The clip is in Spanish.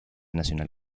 nacional